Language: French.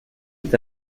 est